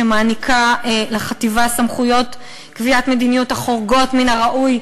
מעניקים לחטיבה סמכויות קביעת מדיניות החורגות מן הראוי.